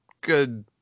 good